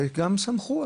וגם שמחו,